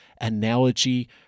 analogy